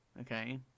Okay